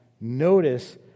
notice